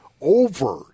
over